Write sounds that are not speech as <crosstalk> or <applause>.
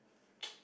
<noise>